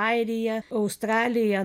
airija australija